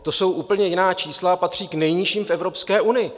To jsou úplně jiná čísla a patří k nejnižším v Evropské unii.